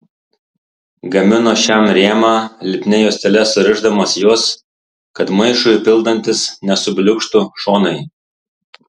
gamino šiam rėmą lipnia juostele surišdamas juos kad maišui pildantis nesubliūkštų šonai